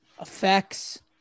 effects